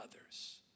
others